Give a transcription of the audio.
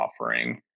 offering